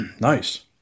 Nice